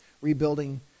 rebuilding